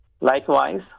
likewise